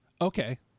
Okay